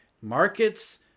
markets